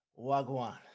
Wagwan